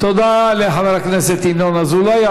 תודה לחבר הכנסת ינון אזולאי.